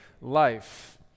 life